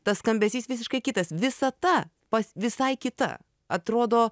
tas skambesys visiškai kitas visata pas visai kita atrodo